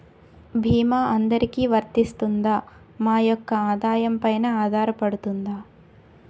భీమా అందరికీ వరిస్తుందా? మా యెక్క ఆదాయం పెన ఆధారపడుతుందా?